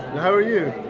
how are you,